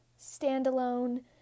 standalone